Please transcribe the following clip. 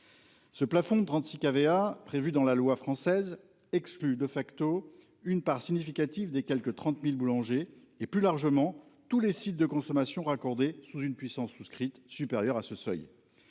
Ce plafond 36 avait a prévu dans la loi française exclut de facto une part significative des quelque 30.000 boulangers et plus largement tous les sites de consommation raccorder sous une puissance souscrite supérieure à ce seuil.